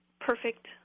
perfect